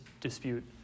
dispute